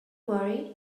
worry